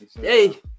hey